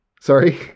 Sorry